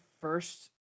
first